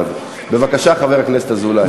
בבקשה, חבר הכנסת אזולאי.